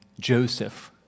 Joseph